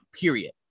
period